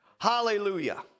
Hallelujah